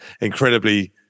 incredibly